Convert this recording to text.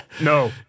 No